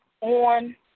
on